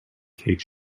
cake